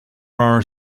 are